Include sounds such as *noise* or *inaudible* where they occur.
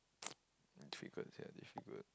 *noise* difficult sia difficult